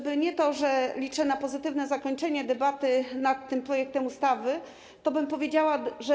Gdyby nie to, że liczę na pozytywne zakończenie debaty nad tym projektem ustawy, to bym powiedziała: déja vu.